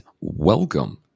Welcome